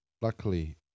Luckily